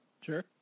Sure